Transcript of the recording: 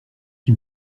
qui